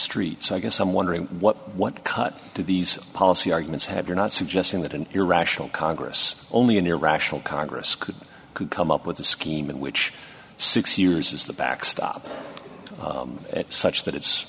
street so i guess i'm wondering what what cut to these policy arguments have you're not suggesting that an irrational congress only an irrational congress could could come up with a scheme in which six years is the backstop such that